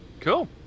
cool